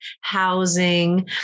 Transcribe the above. housing